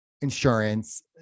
insurance